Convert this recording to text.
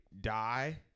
die